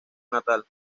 natal